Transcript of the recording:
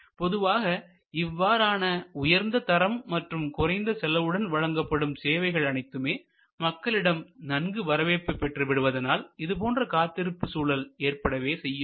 பொதுவாக இவ்வாறான உயர்ந்த தரம் மற்றும் குறைந்த செலவுடன் வழங்கப்படும் சேவைகள் அனைத்துமே மக்களிடம் நன்கு வரவேற்பு பெற்று விடுவதால் இதுபோன்ற காத்திருப்பு சூழல் ஏற்படவே செய்யும்